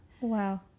Wow